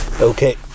Okay